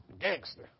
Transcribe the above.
gangster